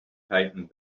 tightened